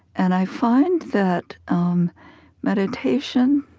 and i find that um meditation,